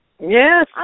Yes